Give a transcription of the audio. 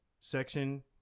section